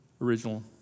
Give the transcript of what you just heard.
original